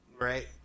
right